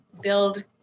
build